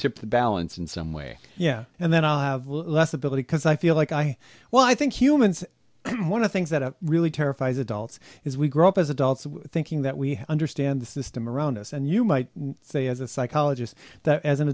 tip the balance in some way yeah and then i have less ability because i feel like i well i think humans want to things that are really terrifies adults as we grow up as adults thinking that we understand the system around us and you might say as a psychologist that as an